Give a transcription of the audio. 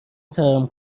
سرم